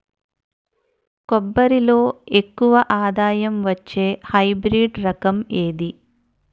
కొబ్బరి లో ఎక్కువ ఆదాయం వచ్చే హైబ్రిడ్ రకం ఏది?